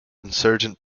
insurgent